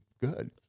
good